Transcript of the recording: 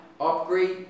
upgrade